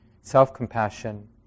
self-compassion